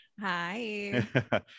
hi